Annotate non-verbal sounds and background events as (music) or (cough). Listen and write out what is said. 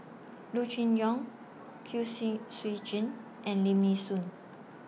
Loo Choon Yong Kwek (unintelligible) Siew Jin and Lim Nee Soon